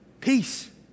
Peace